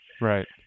Right